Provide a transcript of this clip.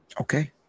Okay